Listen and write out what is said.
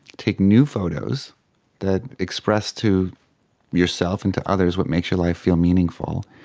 take new photos that express to yourself and to others what makes your life feel meaningful,